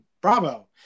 bravo